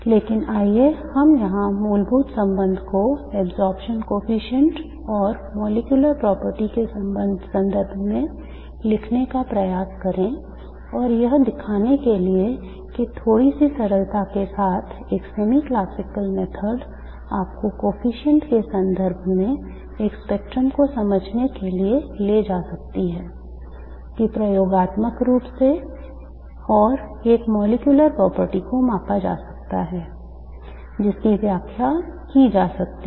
लेकिन आइए हम यहां मूलभूत संबंध को absorption coefficient और molecular property के संदर्भ में लिखने का प्रयास करें और यह दिखाने के लिए कि थोड़ी सी सरलता के साथ एक semi classical method आपको coefficient के संदर्भ में एक स्पेक्ट्रम को समझने के लिए ले जा सकती है कि प्रयोगात्मक रूप से और एक molecular property को मापा जा सकता है जिसकी व्याख्या की जा सकती है